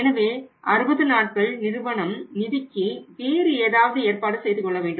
எனவே 60 நாட்கள் நிறுவனம் நிதிக்கு வேறு ஏதாவது ஏற்பாடு செய்து கொள்ள வேண்டும்